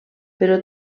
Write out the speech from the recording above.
però